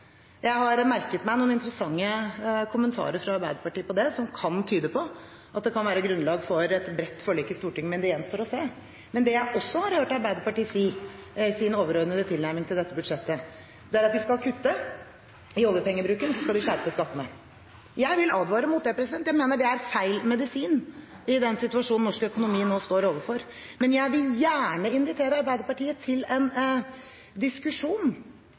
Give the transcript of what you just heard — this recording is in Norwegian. Jeg har merket meg noen interessante kommentarer fra Arbeiderpartiet til det, som kan tyde på at det kan være grunnlag for et bredt forlik i Stortinget – men det gjenstår å se. Det jeg også har hørt Arbeiderpartiet si i sin overordnede tilnærming til dette budsjettet, er at de skal kutte i oljepengebruken, og så skal de skjerpe skattene. Jeg vil advare mot det. Jeg mener det er feil medisin med den situasjonen norsk økonomi nå står overfor, men jeg vil gjerne invitere Arbeiderpartiet til en diskusjon